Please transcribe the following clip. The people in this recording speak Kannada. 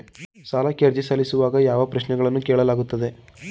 ಸಾಲಕ್ಕೆ ಅರ್ಜಿ ಸಲ್ಲಿಸುವಾಗ ಯಾವ ಪ್ರಶ್ನೆಗಳನ್ನು ಕೇಳಲಾಗುತ್ತದೆ?